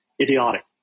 idiotic